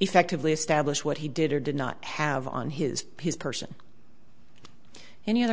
effectively establish what he did or did not have on his person any other